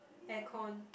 air con